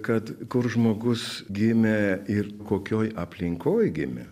kad kur žmogus gimė ir kokioj aplinkoj gimė